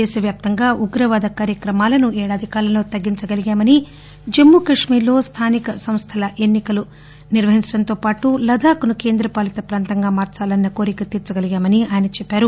దేశవ్యాప్తంగా ఉగ్రవాద కార్యకలాపాలు తగ్గించగలిగామని జమ్మూ కశ్మీర్ లో స్థానిక సంస్థల ఎన్ని కలు నిర్వహించడంతో పాటు లద్దాక్ ను కేంద్ర పాలిత ప్రాంతంగా మార్పాలన్న కోరిక తీర్చగలిగామని ఆయన చెప్పారు